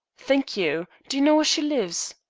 thank you. do you know where she lives?